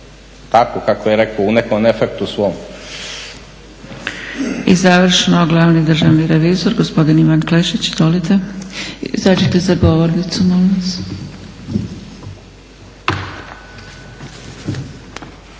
tako kako je rekao u nekom afektu svom.